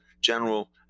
general